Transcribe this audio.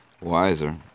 wiser